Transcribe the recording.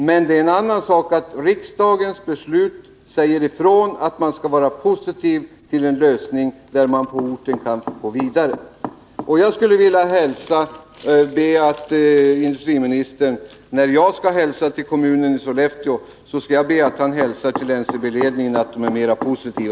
Men det är en annan sak att riksdagen i sitt beslut säger ifrån att man skall vara positiv till en lösning som innebär att verksamheten kan gå vidare på orten. Industriministern vill att jag skall hälsa till kommunen i Sollefteå. Jag vill då be att industriministern i sin tur hälsar till NCB:s ledning att den bör vara mer positiv.